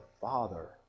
father